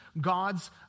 God's